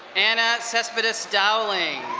anna cesspitas dowling.